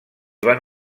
van